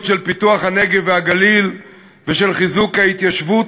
של פיתוח הנגב והגליל ושל חיזוק ההתיישבות.